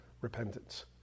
repentance